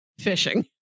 fishing